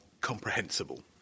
comprehensible